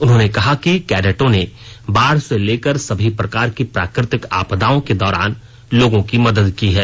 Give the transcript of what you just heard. उन्होंने कहा कि कैडेटों ने बाढ़ से लेकर सभी प्रकार की प्राकृतिक आपदाओं के दौरान लोगों की मदद की है